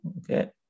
okay